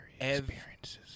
experiences